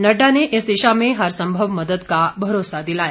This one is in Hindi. नड़डा ने इस दिशा में हर सम्भव मदद का भरोसा दिलाया